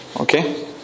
Okay